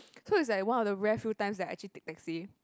so it's like one of the rare few times that I actually take taxi